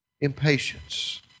Impatience